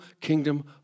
kingdom